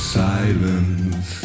silence